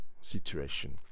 situation